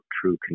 true